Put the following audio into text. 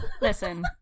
Listen